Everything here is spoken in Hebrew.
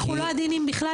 אנחנו לא עדינים בכלל,